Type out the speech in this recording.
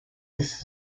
this